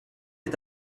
est